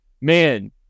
Man